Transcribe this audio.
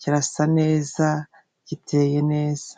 kirasa neza giteye neza.